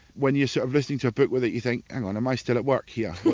when you're sort of listening to a book with it you think hang on, am i still at work here,